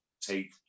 take